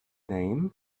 name